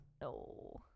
No